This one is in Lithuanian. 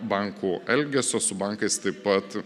bankų elgesio su bankais taip pat